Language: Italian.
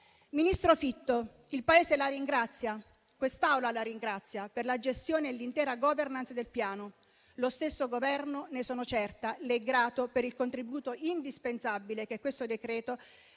Ministro Fitto, il Paese la ringrazia, quest'Aula la ringrazia per la gestione e l'intera *governance* del Piano. Lo stesso Governo, ne sono certa, le è grato per il contributo indispensabile che questo decreto